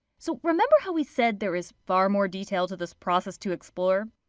so, remember how we said there is far more detail to this process to explore?